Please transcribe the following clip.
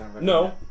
No